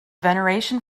veneration